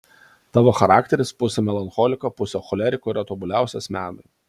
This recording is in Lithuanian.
tavo charakteris pusė melancholiko pusė choleriko yra tobuliausias menui